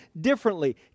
differently